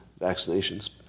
vaccinations